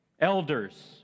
Elders